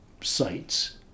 sites